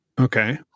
Okay